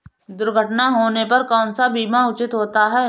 दुर्घटना होने पर कौन सा बीमा उचित होता है?